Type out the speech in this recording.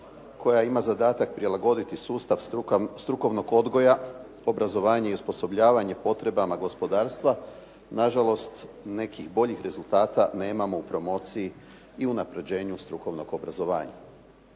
koja ima zadatak prilagoditi sustav strukovnog odgoja obrazovanje i osposobljavanje potrebama gospodarstva nažalost nekih boljih rezultata nemamo u promociji i unapređenju strukovnog obrazovanja.